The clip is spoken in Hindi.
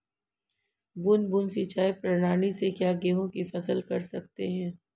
बूंद बूंद सिंचाई प्रणाली से क्या गेहूँ की फसल कर सकते हैं?